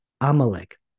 Amalek